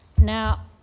Now